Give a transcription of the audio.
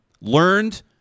learned